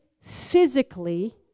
physically